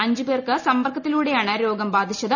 അഞ്ച് പേർക്ക് സമ്പർക്കത്തിലൂടെയാണ് രോഗം ബാധിച്ചത്